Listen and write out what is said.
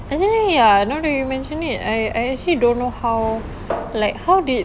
actually ya now that you mention it I I actually don't know how like how did